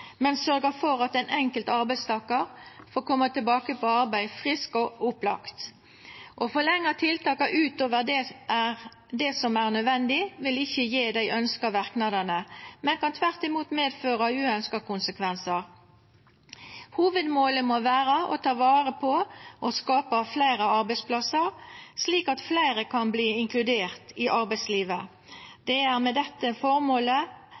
men å sørgja for at den einskilde arbeidstakar får koma tilbake på arbeid, frisk og opplagt. Å forlenga tiltaka utover det som er nødvendig, vil ikkje gje dei ønska verknadane, men kan tvert imot medføra uønskte konsekvensar. Hovudmålet må vera å ta vare på og skapa fleire arbeidsplassar, slik at fleire kan verta inkluderte i arbeidslivet. Det er med dette føremålet